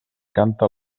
canta